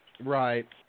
Right